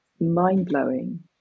mind-blowing